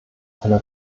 einer